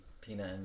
peanut